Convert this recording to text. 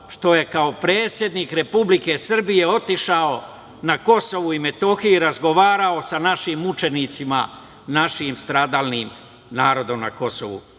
što je kao predsednik Republike Srbije otišao na Kosovo i Metohiju i razgovarao sa našim mučenicima, našim stradalnim narodom na Kosovu